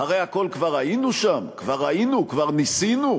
אחרי הכול כבר היינו שם, כבר היינו, כבר ניסינו,